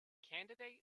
candidate